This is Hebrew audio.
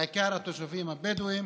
בעיקר התושבים הבדואים,